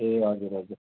ए हजुर हजुर